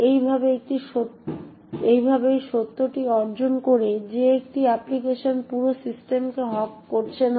এইভাবে এই সত্যটি অর্জন করে যে একটি অ্যাপ্লিকেশন পুরো সিস্টেমকে হগ করছে না